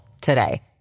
today